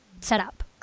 setup